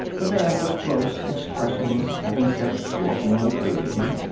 the man was gross, expressionless, heavy-set, walking with dignity.